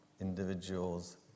individuals